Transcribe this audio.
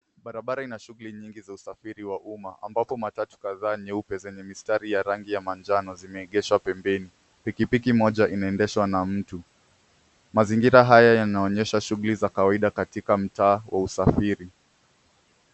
Barabara ina shughuli nyingi za usafiri wa uma. Ambapo matatu kadhaa nyeupe zenye mistari ya rangi ya majano zimeegeshwa pembeni. Pikipiki moja inaendeshwa na mtu. Mazingira haya yanaonyesha shughuli za kawaida katika mtaa wa usafiri.